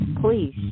Please